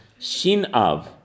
Shinav